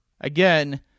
again